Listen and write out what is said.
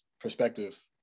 perspective